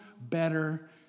better